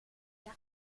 nya